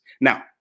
Now